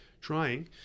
trying